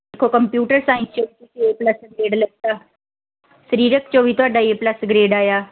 ਦੇਖੋ computer science 'ਚੋਂ ਵੀ ਤੁਸੀਂ ਏ ਪਲੱਸ ਗਰੇਡ ਲਿੱਤਾ ਸਰੀਰਕ 'ਚੋਂ ਵੀ ਤੁਹਾਡਾ ਏ ਪਲੱਸ ਗਰੇਡ ਆਇਆ